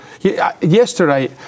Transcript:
Yesterday